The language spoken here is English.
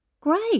great